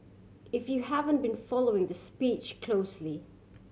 if you haven't been following the speech closely